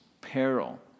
peril